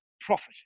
profit